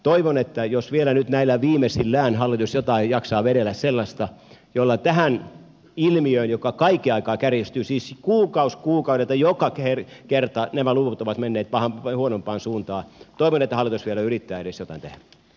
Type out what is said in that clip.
toivon että jos vielä nyt näillä viimeisillään hallitus jotain jaksaa vedellä sellaista jolla puuttuu tähän ilmiöön joka kaiken aikaa kärjistyy siis kuukausi kuukaudelta joka kerta nämä luvut ovat menneet huonompaan suuntaan niin se vielä yrittää edes jotain tehdä